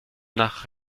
nach